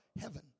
heaven